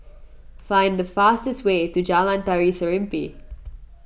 find the fastest way to Jalan Tari Serimpi